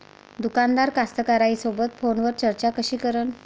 दुकानदार कास्तकाराइसोबत फोनवर चर्चा कशी करन?